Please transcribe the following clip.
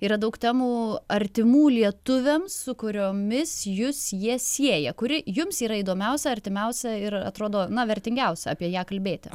yra daug temų artimų lietuviams su kuriomis jus jie sieja kuri jums yra įdomiausia artimiausia ir atrodo na vertingiausia apie ją kalbėti